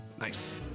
Nice